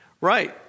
Right